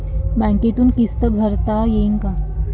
बँकेतून किस्त भरता येईन का?